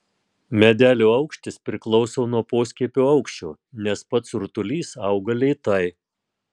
medelio aukštis priklauso nuo poskiepio aukščio nes pats rutulys auga lėtai